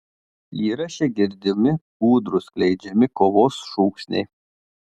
įraše girdimi ūdrų skleidžiami kovos šūksniai